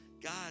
God